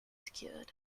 secured